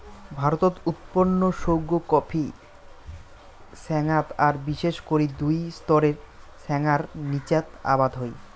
ভারতত উৎপন্ন সৌগ কফি ছ্যাঙাত আর বিশেষ করি দুই স্তরের ছ্যাঙার নীচাত আবাদ হই